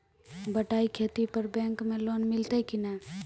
बटाई खेती पर बैंक मे लोन मिलतै कि नैय?